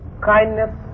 kindness